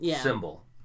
symbol